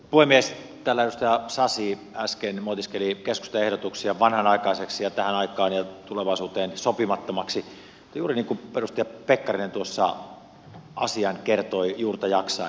täällä edustaja sasi äsken moitiskeli keskustan ehdotuksia vanhanaikaisiksi ja tähän aikaan ja tulevaisuuteen sopimattomiksi juuri niin kuin edustaja pekkarinen tuossa asian kertoi juurta jaksain